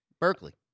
Berkeley